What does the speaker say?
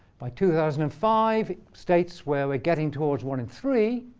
by two thousand and five, states where we're getting towards one in three.